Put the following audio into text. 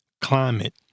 climate